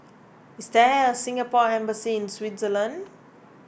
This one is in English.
is there a Singapore Embassy in Switzerland